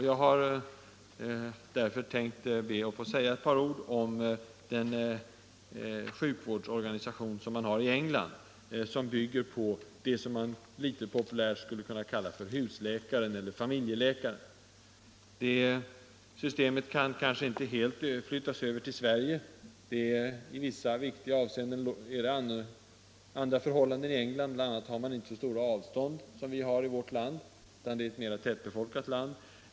Jag skall därför be att få säga ett par ord om den sjukvårdsorganisation man har i England. Den bygger på vad man populärt skulle kunna kalla husläkaren eller familjeläkaren. Systemet kan kanske inte helt överflyttas till Sverige. I vissa viktiga avseenden råder andra förhållanden i England, bl.a. har man inte så stora avstånd, utan det är ett mera tättbefolkat land.